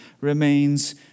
remains